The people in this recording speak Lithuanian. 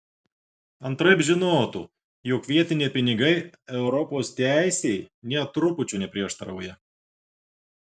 antraip žinotų jog vietiniai pinigai europos teisei nė trupučio neprieštarauja